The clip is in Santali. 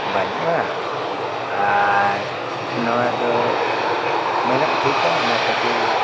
ᱵᱟᱹᱱᱩᱜᱼᱟ ᱟᱨ ᱱᱚᱣᱟ ᱫᱚ ᱢᱮᱱᱟᱜ ᱴᱷᱤᱠᱟ ᱚᱱᱟ ᱠᱷᱟᱹᱛᱤᱨ